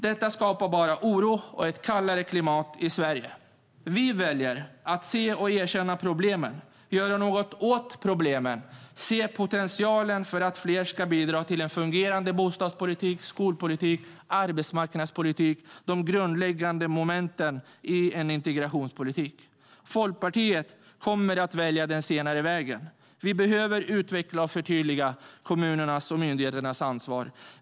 Det skapar bara oro och ett kallare klimat i Sverige. Folkpartiet kommer att välja den senare vägen. Vi behöver utveckla och förtydliga kommunernas och myndigheternas ansvar.